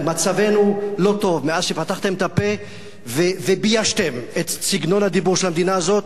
מצבנו לא טוב מאז פתחתם את הפה וביישתם את סגנון הדיבור של המדינה הזאת.